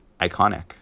iconic